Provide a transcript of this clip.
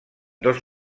dos